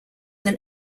than